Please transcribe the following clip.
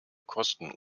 kosten